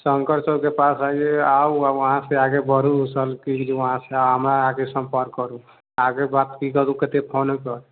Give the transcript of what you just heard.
शंकर चौकके पास आइये आउ और वहाँसे आगू बढ़ू फिर हमरा अहाँके सम्पर्क करु आके बातचीत करु कत्ते फोने पर